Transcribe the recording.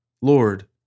Lord